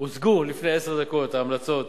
הוצגו לפני עשר דקות המלצות